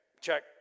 check